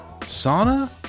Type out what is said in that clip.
sauna